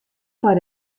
foar